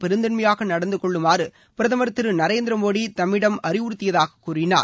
பெருந்தன்மையாக நடந்தகொள்ளுமாறு பிரதமர் திரு நரேந்திரமோடி தம்மிடம் அறிவுறுத்தியதாக கூறினார்